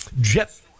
Jet